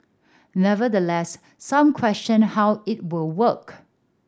nevertheless some questioned how it would work